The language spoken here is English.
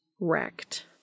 Wrecked